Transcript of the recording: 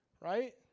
right